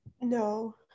No